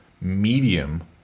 medium